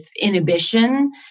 inhibition